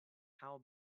how